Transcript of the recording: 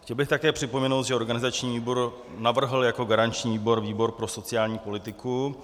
Chtěl bych také připomenout, že organizační výbor navrhl jako garanční výbor výbor pro sociální politiku.